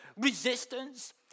resistance